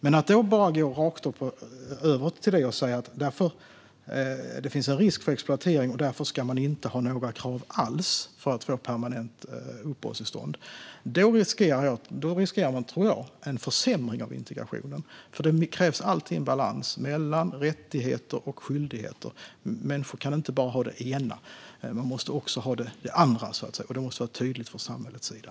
Men om man bara går rakt över till att säga att det finns en risk för exploatering och att det därför inte ska vara några krav alls för att få permanent uppehållstillstånd tror jag att man riskerar att integrationen försämras, för det krävs alltid en balans mellan rättigheter och skyldigheter. Människor kan inte ha bara det ena, utan de måste också ha det andra. Detta måste vara tydligt från samhällets sida.